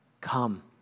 Come